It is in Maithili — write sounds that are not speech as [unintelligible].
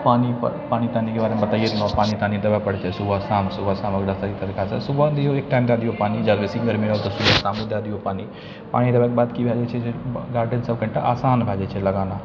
पानि पानि तानिके बारेमे बताइये देलहुँ पानि तानि देबऽ पड़लै सुबह शाम सुबह शाम आओर तरीकासँ सुबह दियौ एक टाइम दऽ दियौ [unintelligible] दए दियौ पानि पानि देलाके बाद की भए जाइ छै जे गार्डेन सब कनी टा आसान भए जाइ छै लगाना